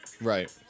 Right